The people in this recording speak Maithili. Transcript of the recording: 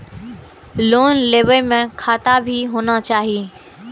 लोन लेबे में खाता भी होना चाहि?